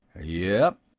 yep.